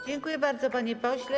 Dziękuję bardzo, panie pośle.